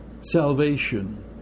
salvation